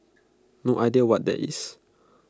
no idea what that is